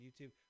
YouTube